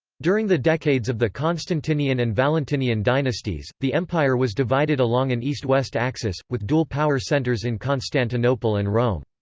during the decades of the constantinian and valentinian dynasties, the empire was divided along an east-west axis, with dual power centres in constantinople and rome.